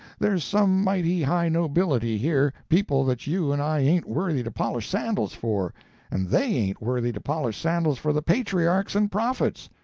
there's some mighty high nobility here people that you and i ain't worthy to polish sandals for and they ain't worthy to polish sandals for the patriarchs and prophets.